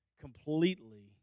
completely